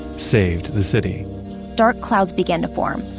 saved the city dark clouds began to form,